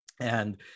And-